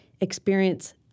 experience